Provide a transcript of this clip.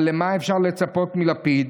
אבל למה אפשר לצפות מלפיד,